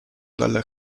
dalla